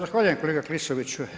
Zahvaljujem kolega Klisoviću.